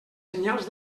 senyals